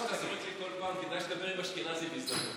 כדאי שתדבר עם אשכנזי בהזדמנות.